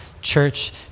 church